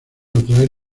atraer